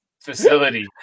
facility